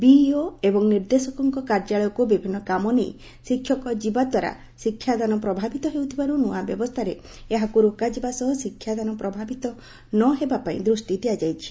BEO ଏବଂ ନିର୍ଦ୍ଦେଶକଙ୍କ କାର୍ଯ୍ୟାଳୟକୁ ବିଭିନ୍ଦ କାମ ନେଇ ଶିକ୍ଷକ ଯିବା ଦ୍ୱାରା ଶିକ୍ଷାଦାନ ପ୍ରଭାବିତ ହେଉଥିବାରୁ ନ୍ଆ ବ୍ୟବସ୍ରାରେ ଏହାକୁ ରୋକାଯିବା ସହ ଶିକ୍ଷାଦାନ ପ୍ରଭାବିତ ନହେବା ପାଇଁ ଦୂଷ୍ଟି ଦିଆଯାଇଛି